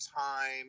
time